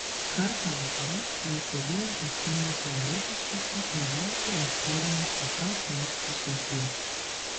kartą vakare jis sėdėjo paskendęs savo rūpesčiuose ir veltui ieškodamas kokios nors išeities